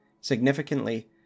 Significantly